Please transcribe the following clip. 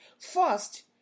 first